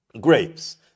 grapes